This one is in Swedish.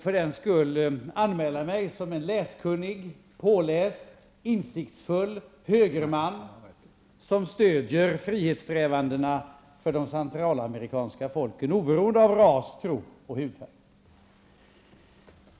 För den skull vill jag anmäla mig som en läskunnig, påläst, insiktsfull högerman, som stöder frihetssträvandena för de centralamerikanska folken, oberoende av ras, tro och hudfärg.